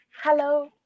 Hello